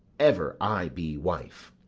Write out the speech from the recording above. ever i be wife!